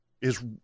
is-